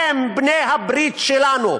הם בני-הברית שלנו,